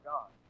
God